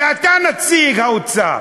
כי אתה נציג האוצר,